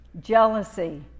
jealousy